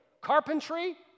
Carpentry